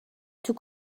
توو